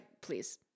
please